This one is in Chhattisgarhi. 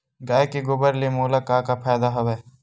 गाय के गोबर ले मोला का का फ़ायदा हवय?